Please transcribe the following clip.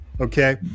okay